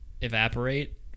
Evaporate